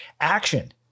action